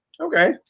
Okay